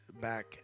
back